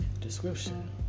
description